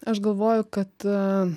aš galvoju kad